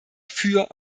für